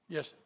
Yes